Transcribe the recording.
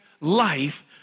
life